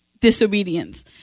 disobedience